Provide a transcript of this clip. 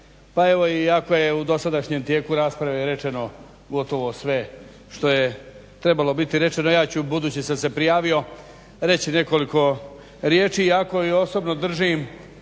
Pa evo iako je u dosadašnjem tijeku rasprave rečeno gotovo sve što je trebalo biti rečeno, ja ću budući sam se prijavio reći nekoliko riječi iako osobno držim